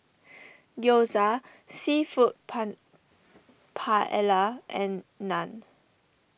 Gyoza Seafood Pen Paella and Naan